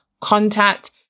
contact